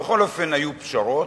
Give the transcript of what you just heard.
בכל אופן, היו פשרות,